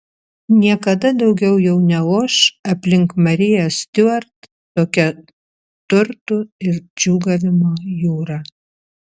niekada daugiau jau neoš aplink mariją stiuart tokia turtų ir džiūgavimo jūra